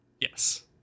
Yes